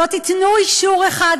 לא תיתנו אישור אחד,